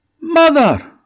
Mother